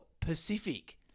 Pacific